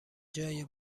جای